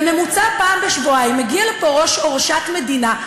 בממוצע פעם בשבועיים מגיעים לפה ראש או ראשת מדינה,